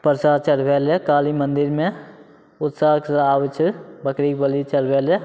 परसाद चढ़बैले काली मन्दिरमे उत्साहके साथ आबै छै बकरीके बलि चढ़बैले